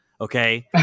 okay